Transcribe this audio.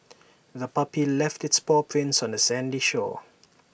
the puppy left its paw prints on the sandy shore